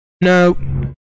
No